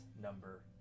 number